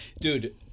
dude